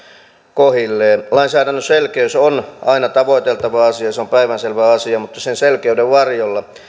kohdilleen lainsäädännön selkeys on aina tavoiteltava asia se on päivänselvä asia mutta sen selkeyden varjolla